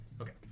Okay